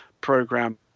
program